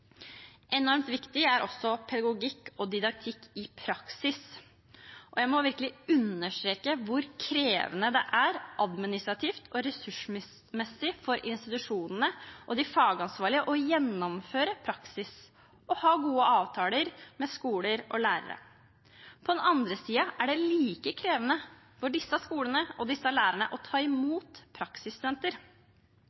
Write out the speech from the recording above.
Enormt viktig er også pedagogikk og didaktikk i praksis. Jeg må virkelig understreke hvor administrativt og ressursmessig krevende det er for institusjonene og de fagansvarlige å gjennomføre praksis og ha gode avtaler med skoler og lærere. På den andre siden er det like krevende for disse skolene og disse lærerne å ta